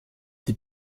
die